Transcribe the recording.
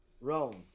Rome